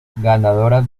ganadora